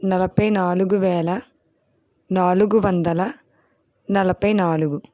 నలభై నాలుగు వేల నాలుగు వందల నలభై నాలుగు